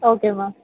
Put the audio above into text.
okay ma'am